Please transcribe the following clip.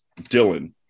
Dylan